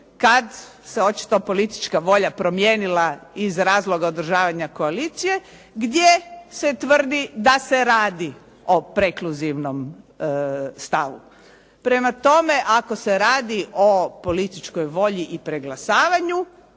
kad se očito politička volja promijenila iz razloga održavanja koalicije gdje se tvrdi da se radi o prekluzivnom stavu. Prema tome, ako se radi o političkoj volji i preglasavanju